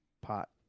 pot